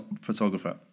photographer